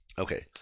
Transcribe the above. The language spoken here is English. Okay